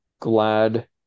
Glad